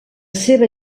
seva